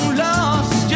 lost